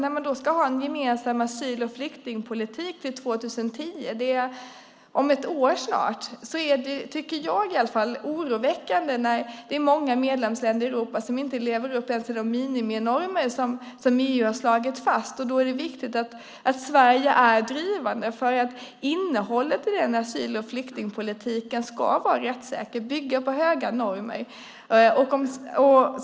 När man ska ha en gemensam asyl och flyktingpolitik till 2010 - om ett år - tycker jag att det är oroväckande att det finns många medlemsländer i Europa som inte lever upp ens till de miniminormer som EU har slagit fast. Då är det viktigt att Sverige är drivande. Innehållet i asyl och flyktingpolitiken ska vara rättssäkert och bygga på höga normer.